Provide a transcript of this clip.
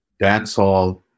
Dancehall